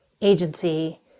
agency